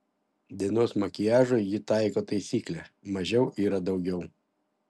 dienos makiažui ji taiko taisyklę mažiau yra daugiau